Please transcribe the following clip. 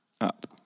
up